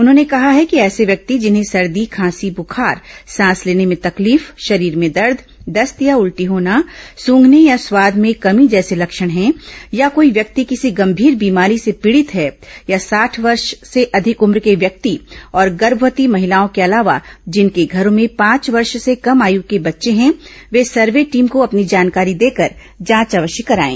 उन्होंने कहा है कि ऐसे व्यक्ति जिन्हें सर्दी खांसी बुखार सांस लेने में तकलीफ शरीर में दर्द दस्त या उल्टी होना सूंघने या स्वाद में कमी जैसे लक्षण हैं या कोई व्यक्ति किसी गंभीर बीमारी से पीडित हैं या साठ वर्ष से अधिक उम्र के व्यक्ति और गर्भवती महिलाओं के अलावा जिनके घरों में पांच वर्ष से कम आयु के बच्चे हैं वे सर्वे टीम को अपनी जानकारी देकर जांच अवश्य कराएं